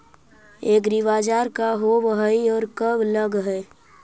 एग्रीबाजार का होब हइ और कब लग है?